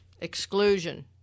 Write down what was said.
exclusion